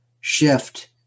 shift